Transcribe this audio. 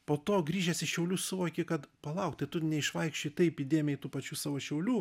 po to grįžęs į šiaulius suvoki kad palauk tai tu neišvaikščiojai taip įdėmiai tų pačių savo šiaulių